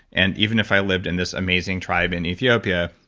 and even if i lived in this amazing tribe in ethiopia,